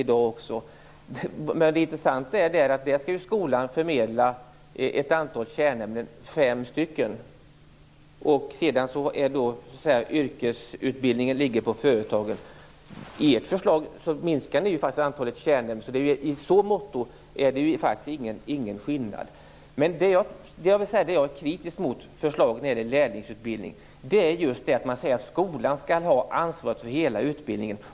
I fråga om den skall skolan förmedla ett antal kärnämnen, fem stycken, och yrkesutbildningen ligger på företagen. I ert förslag minskar ni ju faktiskt antalet kärnämnen. I så måtto är det alltså ingen skillnad. Det jag är kritisk mot är att man säger att skolan skall ha ansvaret för hela utbildningen.